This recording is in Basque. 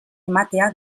ematea